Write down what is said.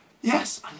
Yes